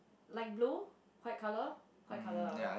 light blue white colour white colour lah